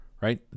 Right